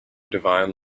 divine